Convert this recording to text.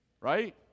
Right